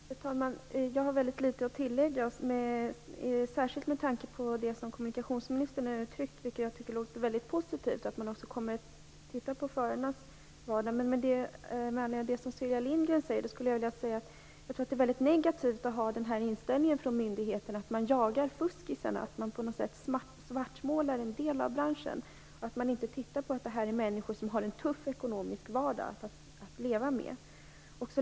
Fru talman! Det finns inte särskilt mycket att tilllägga, särskilt inte efter det som kommunikationsministern här uttryckt. Jag tycker att det låter positivt att man kommer att titta närmare på förarnas vardag. Med anledning av det som Sylvia Lindgren gav uttryck för skulle jag vilja säga att det nog är väldigt negativt att från myndighetens sida ha inställningen att man jagar "fuskisarna", att man på något sätt svartmålar en del av branschen och inte ser att det handlar om människor som har en tuff ekonomisk vardag att leva med.